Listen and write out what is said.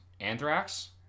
Anthrax